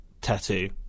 tattoo